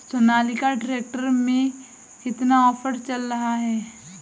Sonalika tractor में कितना offer चल रहा है?